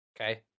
Okay